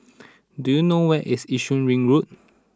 do you know where is Yishun Ring Road